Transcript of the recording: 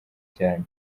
cyane